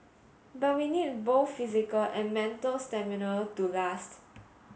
but we need both physical and mental stamina to last